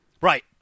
Right